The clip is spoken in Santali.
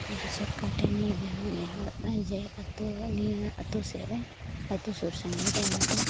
ᱟᱫᱚ ᱥᱚᱨᱠᱟᱨ ᱴᱷᱮᱱ ᱱᱤᱭᱟᱹᱜᱮ ᱱᱮᱦᱚᱨᱚᱜ ᱠᱟᱱᱟ ᱡᱮ ᱟᱹᱛᱩ ᱱᱤᱭᱟᱹ ᱟᱹᱛᱩ ᱥᱮᱫᱨᱮ ᱟᱹᱛᱩ ᱥᱩᱨᱼᱥᱟᱹᱜᱤᱧ ᱨᱮ ᱢᱤᱫᱴᱟᱱ